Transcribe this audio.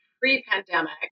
pre-pandemic